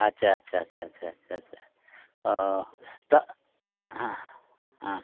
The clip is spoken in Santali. ᱟᱪᱪᱷᱟ ᱟᱪᱪᱷᱟ ᱟᱪᱪᱷᱟ ᱟᱪᱪᱷᱟ ᱟᱪᱪᱷᱟ ᱟᱪᱪᱷᱟ ᱚ ᱦᱮᱸ ᱦᱮᱸ